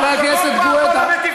אתה צבוע.